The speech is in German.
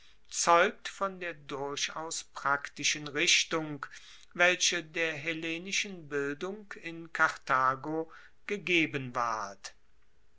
zeugt von der durchaus praktischen richtung welche der hellenischen bildung in karthago gegeben ward